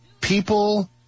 people